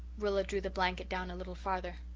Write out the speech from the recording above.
rilla drew the blanket down a little farther.